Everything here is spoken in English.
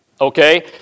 Okay